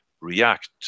react